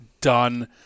done